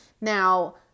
now